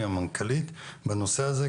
ועם המנכ"לית בנושא הזה,